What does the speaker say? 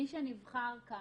מי שנבחר כאן,